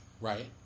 right